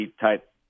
type